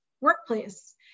workplace